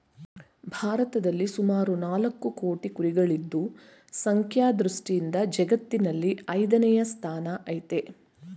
ಭಾರತದಲ್ಲಿ ಸುಮಾರು ನಾಲ್ಕು ಕೋಟಿ ಕುರಿಗಳಿದ್ದು ಸಂಖ್ಯಾ ದೃಷ್ಟಿಯಿಂದ ಜಗತ್ತಿನಲ್ಲಿ ಐದನೇ ಸ್ಥಾನ ಆಯ್ತೆ